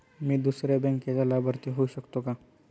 मी दुसऱ्या बँकेचा लाभार्थी होऊ शकतो का?